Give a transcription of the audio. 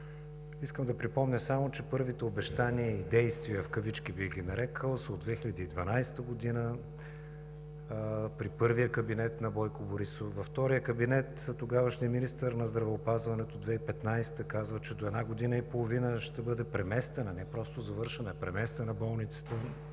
Искам да припомня само, че първите обещания и действия, в кавички бих ги нарекъл, са от 2012 г. при първия кабинет на Бойко Борисов. Във втория кабинет, тогавашният министър на здравеопазването – 2015 г., казва, че до една година и половина болницата ще бъде преместена, не просто завършена, а преместена.